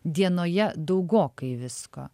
dienoje daugokai visko